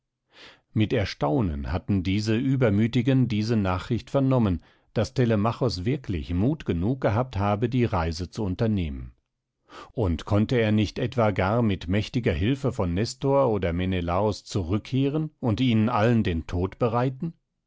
mit erstaunen hatten diese übermütigen diese nachricht vernommen daß telemachos wirklich mut genug gehabt habe die reise zu unternehmen und konnte er nicht etwa gar mit mächtiger hilfe von nestor oder menelaos zurückkehren und ihnen allen den tod bereiten